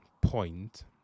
point